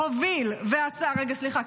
רגע, סליחה.